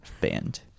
Band